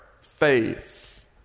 faith